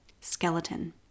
Skeleton